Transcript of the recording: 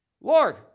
Lord